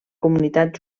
comunitat